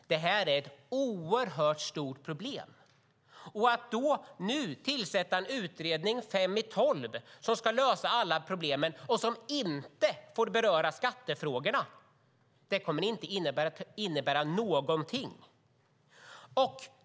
Det är ett oerhört stort problem. Att då tillsätta en utredning nu, fem i tolv, som ska lösa alla problem och som inte får beröra skattefrågorna kommer inte att innebära någonting.